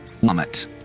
Plummet